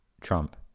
Trump